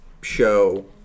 show